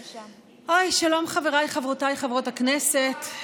שלום, חבריי וחברותיי חברות הכנסת.